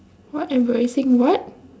what embarrassing what